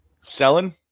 selling